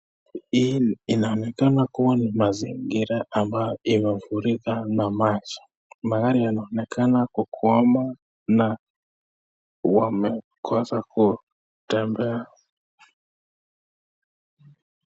Hii inaonekana kuwa ni mazingira ambayo imefurika na maji. Magari yanaonekana kukwama na wamekosa kutembea.